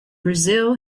brazil